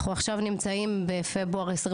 אנחנו עכשיו נמצאים בפברואר 2023,